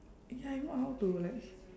ya if not how to like